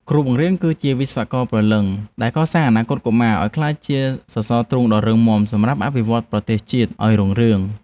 គ្រូបង្រៀន គឺជាវិស្វករព្រលឹងដែលកសាងអនាគតកុមារកម្ពុជាឱ្យក្លាយជាសសរទ្រូងដ៏រឹងមាំសម្រាប់អភិវឌ្ឍប្រទេសជាតិឱ្យរុងរឿង។